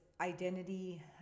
identity